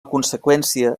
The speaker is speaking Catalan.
conseqüència